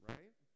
Right